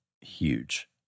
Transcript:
huge